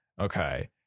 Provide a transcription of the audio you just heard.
Okay